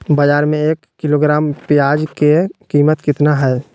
बाजार में एक किलोग्राम प्याज के कीमत कितना हाय?